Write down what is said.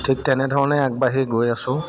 ঠিক তেনেধৰণে আগবাঢ়ি গৈ আছোঁ